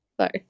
Sorry